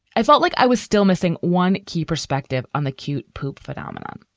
i felt like i was still missing one key perspective on the cute poop phenomenon,